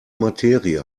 materie